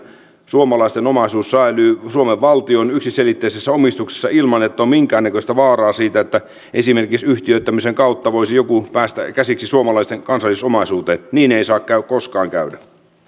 suomalaisten omaisuus säilyy suomen valtion yksiselitteisessä omistuksessa ilman että on minkäännäköistä vaaraa siitä että esimerkiksi yhtiöittämisen kautta voisi joku päästä käsiksi suomalaisten kansallisomaisuuteen niin ei saa koskaan käydä